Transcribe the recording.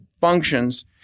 functions